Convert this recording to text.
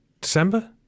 December